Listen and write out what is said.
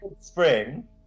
Spring